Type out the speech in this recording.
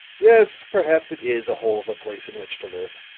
yes, perhaps it is a hole of a place in which to live.